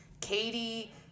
Katie